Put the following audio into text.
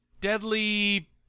Deadly